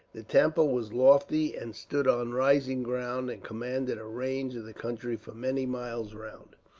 the temple was lofty, and stood on rising ground, and commanded a range of the country for many miles round.